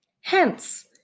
Hence